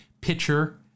pitcher